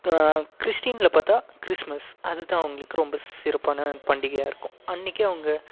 கிறிஸ்டினில் பார்த்தா கிறிஸ்ட்மஸ் அது தான் அவங்களுக்கு ரொம்ப சிறப்பான பண்டிகையாக இருக்கும் அன்னைக்கி அவங்க